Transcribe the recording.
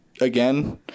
again